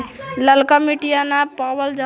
ललका मिटीया न पाबल जा है?